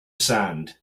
sand